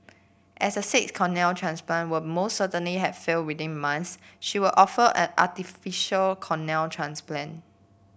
as a sixth cornea transplant would most certainly have failed within month she was offered an artificial cornea transplant